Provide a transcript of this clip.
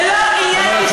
זה לא עניין אישי.